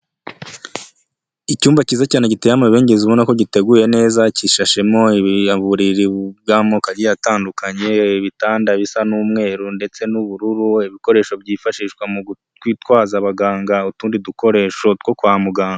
Icyumba cyiza cyane giteye amabengeza ubona ko giteguye neza, gishashemoya uburiri bw'amoko agiye atandukanye, ibitanda bisa n'umweru ndetse n'ubururu, ibikoresho byifashishwa mu gutwaza abaganga utundi dukoresho two kwa muganga.